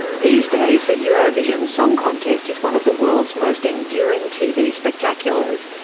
these days the eurovision song contest is one of the world's most enduring tv spectaculars,